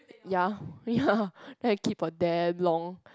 ya ya then keep for damn long